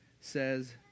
says